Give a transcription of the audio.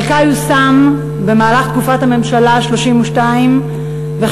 חלקה יושם במהלך תקופת הממשלה ה-32 וחלקה